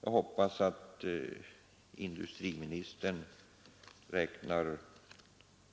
Jag hoppas att industriministern räknar